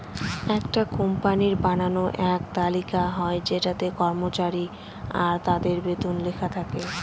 একটা কোম্পানির বানানো এক তালিকা হয় যেটাতে কর্মচারী আর তাদের বেতন লেখা থাকে